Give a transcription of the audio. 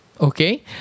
Okay